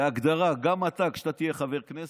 בהגדרה, גם אתה כשאתה תהיה חבר כנסת,